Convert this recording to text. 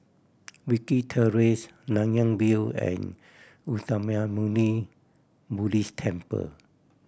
Wilkie Terrace Nanyang View and Uttamayanmuni Buddhist Temple